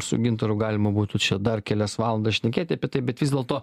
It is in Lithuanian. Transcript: su gintaru galima būtų čia dar kelias valandas šnekėti apie tai bet vis dėlto